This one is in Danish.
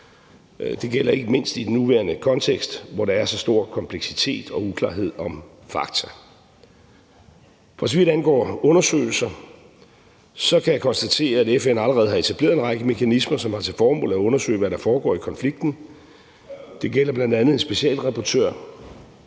Det gælder ikke mindst i den nuværende kontekst, hvor der er så stor kompleksitet og uklarhed om fakta. For så vidt angår undersøgelser, kan jeg konstatere, at FN allerede har etableret en række mekanismer, som har til formål at undersøge, hvad der foregår i konflikten. Det gælder bl.a. en specialrapportør